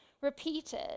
repeated